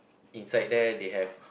inside there they have